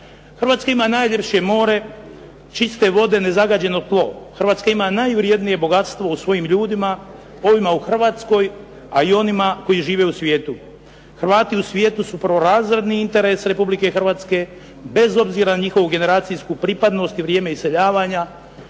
Hrvatska ima najljepše more, čiste vode, nezagađeno tlo. Hrvatska ima najvrjednije bogatstvo u svojim ljudima, ovima u Hrvatskoj, a i onima koji žive u svijetu. Hrvati u svijetu su prvorazredni interes Republike Hrvatske, bez obzira na njihovu generacijsku pripadnost i vrijeme iseljavanja,